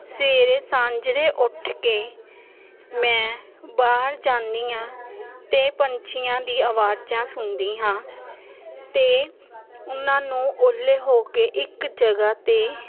ਸਵੇਰੇ ਸਾਜਰੇ ਉੱਠ ਕੇ ਮੈਂ ਬਾਹਰ ਜਾਂਦੀ ਹਾਂ ਅਤੇ ਪੰਛੀਆਂ ਦੀ ਆਵਾਜ਼ਾਂ ਸੁਣਦੀ ਹਾਂ ਅਤੇ ਉਹਨਾਂ ਨੂੰ ਉਹਲੇ ਹੋ ਕੇ ਇੱਕ ਜਗ੍ਹਾ ਤੋਂ